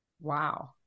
Wow